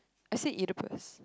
I said Oedipus